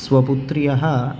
स्वपुत्र्यः